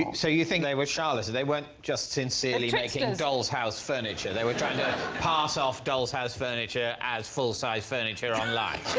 so you think they were charlatans, they weren't just sincerely making doll's house furniture, they were tried to pass off doll's house furniture as full-size furniture online?